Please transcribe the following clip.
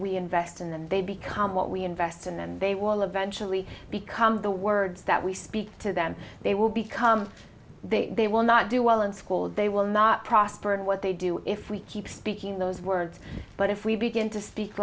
we invest in them they become what we invest in them they will eventually become the words that we speak to them they will become they will not do well in school they will not prosper and what they do if we keep speaking those words but if we begin to speak